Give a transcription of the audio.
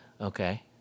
okay